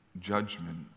judgment